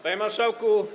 Panie Marszałku!